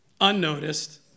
unnoticed